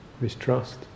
mistrust